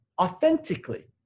authentically